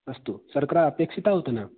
अस्तु शर्करा अपेक्षिता उत न